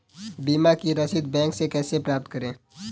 बीमा की रसीद बैंक से कैसे प्राप्त करें?